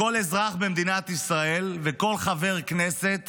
כל אזרח במדינת ישראל וכל חבר כנסת